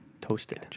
Toasted